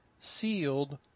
sealed